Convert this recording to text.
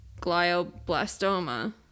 glioblastoma